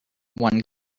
one